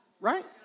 Right